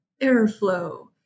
Airflow